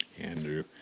Andrew